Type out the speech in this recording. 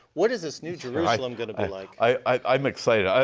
what is this new jerusalem going to be like? i'm excited.